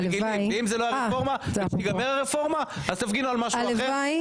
ואם זה לא הרפורמה ותיגמר הרפורמה אז תפגינו על משהו אחר,